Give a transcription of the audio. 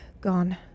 gone